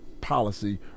policy